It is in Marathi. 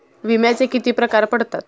विम्याचे किती प्रकार पडतात?